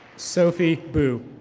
sophie boo.